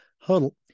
Huddle